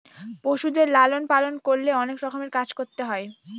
পশুদের লালন পালন করলে অনেক রকমের কাজ করতে হয়